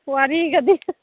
ꯋꯥꯔꯤꯒꯗꯤ